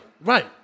Right